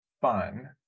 fun